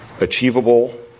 achievable